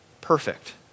perfect